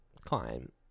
Climb